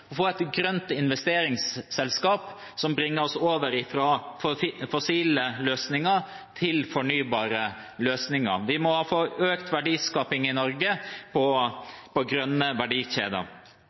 få et grønt investeringsselskap, som bringer oss over fra fossile løsninger til fornybare løsninger. Vi må få økt verdiskaping i Norge og grønne verdikjeder.